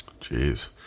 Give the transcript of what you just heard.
Jeez